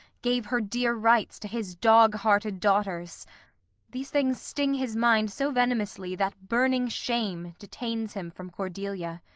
gave her dear rights to his dog-hearted daughters these things sting his mind so venomously that burning shame detains him from cordelia.